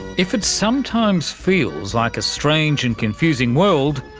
if it sometimes feels like a strange and confusing world,